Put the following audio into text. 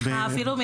אני